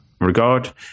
regard